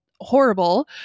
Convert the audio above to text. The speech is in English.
horrible